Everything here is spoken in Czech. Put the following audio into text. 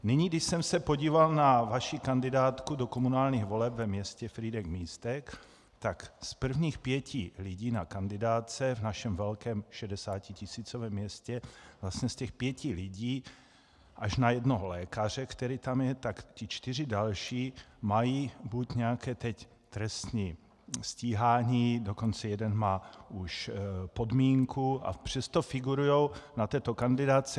Nyní, když jsem se podíval na vaši kandidátku do komunálních voleb ve městě FrýdekMístek, tak z prvních pěti lidí na kandidátce v našem velkém, šedesátitisícovém městě, tak vlastně z těch pěti lidí až na jednoho lékaře, který tam je, ti čtyři další mají buď nějaké trestní stíhání, dokonce jeden má už podmínku, a přesto figurují na této kandidátce.